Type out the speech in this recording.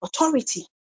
authority